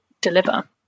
deliver